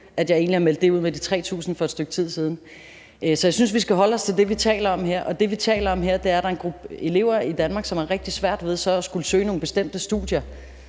at jeg har meldt det med de 3.000 kr. ud for et stykke tid siden. Så jeg synes, vi skal holde os til det, vi taler om her, og det, vi taler om her, er, at der er en gruppe elever i Danmark, som har rigtig svært ved så at skulle søge nogle bestemte studier,